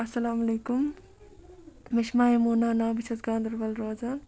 اسلام علیکُم مےٚ چھُ میمونا ناو بہٕ چھَس گانٛدَربَل روزان